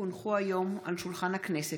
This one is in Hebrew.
כי הונחו היום על שולחן הכנסת,